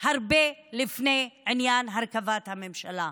הרבה לפני עניין הרכבת הממשלה.